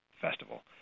festival